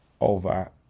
over